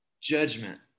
judgment